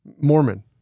Mormon